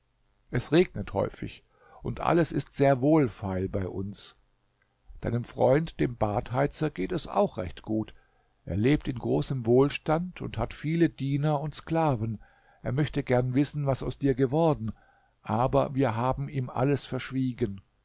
es regnet häufig und alles ist sehr wohlfeil bei uns deinem freund dem badheizer geht es auch recht gut er lebt in großem wohlstand und hat viele diener und sklaven er möchte gern wissen was aus dir geworden aber wir haben ihm alles verschwiegen